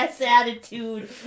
attitude